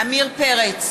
עמיר פרץ,